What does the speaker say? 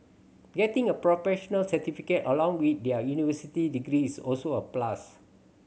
getting a professional certificate along with their university degree is also a plus